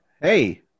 Hey